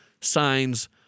signs